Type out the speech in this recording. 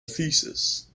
thesis